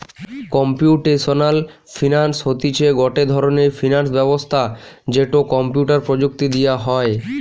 computational finance হতিছে গটে ধরণের ফিনান্স ব্যবস্থা যেটো কম্পিউটার প্রযুক্তি দিয়া হই